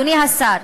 אדוני השר,